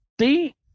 See